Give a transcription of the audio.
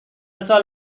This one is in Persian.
سال